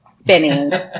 spinning